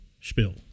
spill